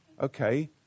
Okay